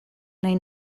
nahi